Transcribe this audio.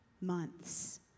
months